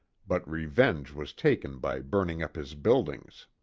but revenge was taken by burning up his buildings.